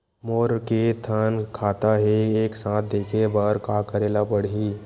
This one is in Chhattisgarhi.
मोर के थन खाता हे एक साथ देखे बार का करेला पढ़ही?